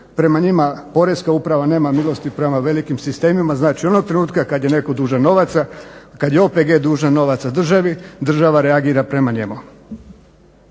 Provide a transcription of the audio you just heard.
prema njima poreska uprava nema milosti, prema velikim sistemima, znači onog trenutka kad je netko dužan novaca, kad je OPG dužan novaca državi država reagira prema njemu.